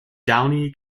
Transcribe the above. downey